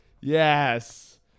Yes